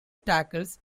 tackles